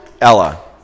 Ella